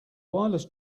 wireless